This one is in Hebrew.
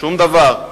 שום דבר.